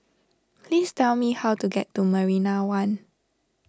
please tell me how to get to Marina one